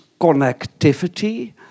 connectivity